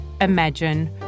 imagine